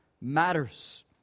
matters